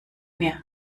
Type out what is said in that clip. mir